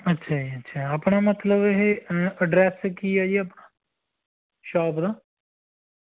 ਅੱਛਾ ਜੀ ਅੱਛਾ ਆਪਣਾ ਮਤਲਬ ਇਹ ਅਡਰੈਸ ਕੀ ਹੈ ਜੀ ਆਪਣਾ ਸ਼ਾਪ ਦਾ